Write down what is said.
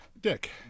Dick